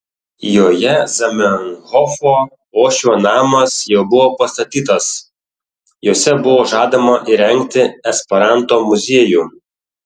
joje zamenhofo uošvio namas jau buvo pastatytas juose buvo žadama įrengti esperanto muziejų